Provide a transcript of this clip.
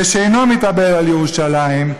ושאינו מתאבל על ירושלים,